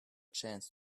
chance